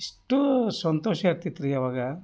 ಇಷ್ಟೂ ಸಂತೋಷ ಆಗ್ತಿತ್ತು ರೀ ಅವಾಗ